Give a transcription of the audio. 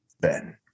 Ben